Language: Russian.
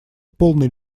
полной